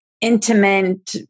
intimate